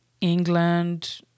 England